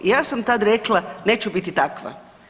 I ja sam tad rekla, neću biti takva.